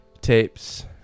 tapes